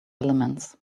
elements